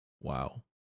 Wow